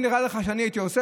נראה לך שאני הייתי עושה?